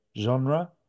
genre